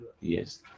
yes